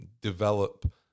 develop